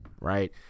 right